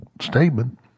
statement